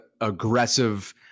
aggressive